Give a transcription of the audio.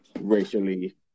racially